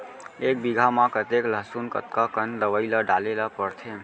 एक बीघा में कतेक लहसुन कतका कन दवई ल डाले ल पड़थे?